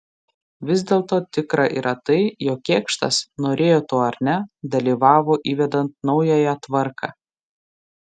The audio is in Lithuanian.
vis dėlto tikra yra tai jog kėkštas norėjo to ar ne dalyvavo įvedant naująją tvarką